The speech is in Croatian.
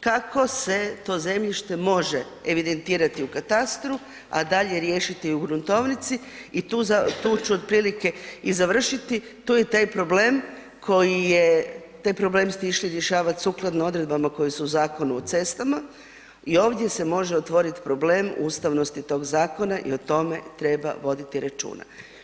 kako se to zemljište može evidentirati u katastru, a dalje riješiti u gruntovnici i tu ću otprilike i završiti, tu je taj problem koji je, taj problem ste išli rješavati sukladno odredbama koje su u Zakonu o cestama i ovdje se može otvoriti problem ustavnosti tog zakona i o tome treba voditi računa.